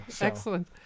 Excellent